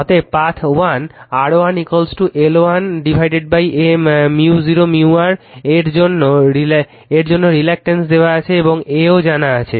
অতএব path 1 R1 L1 Aµ0µrµr এর জন্য রিল্যাকটেন্স দেওয়া হয় এবং A ও জানা আছে